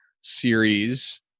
series